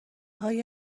های